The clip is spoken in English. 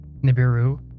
Nibiru